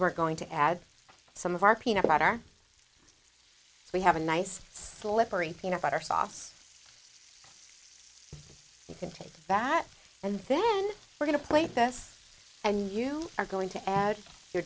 we're going to add some of our peanut butter we have a nice slippery peanut butter sauce you can take that and then we're going to plate this and you are going to add your